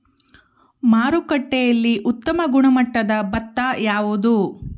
ಮಾರುಕಟ್ಟೆಯಲ್ಲಿ ಉತ್ತಮ ಗುಣಮಟ್ಟದ ಭತ್ತ ಯಾವುದು?